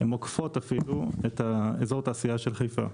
זה עוקף את אזור התעשייה של חיפה.